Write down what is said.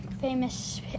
famous